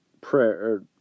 prayer